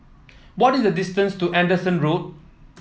what is the distance to Anderson Road